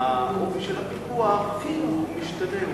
אופי הפיקוח משתנה,